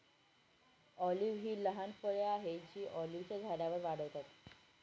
olive ही लहान फळे आहेत जी ऑलिव्हच्या झाडांवर वाढतात